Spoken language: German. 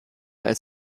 als